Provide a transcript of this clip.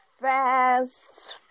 fast